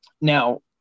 Now